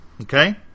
Okay